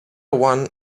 one